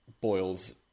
boils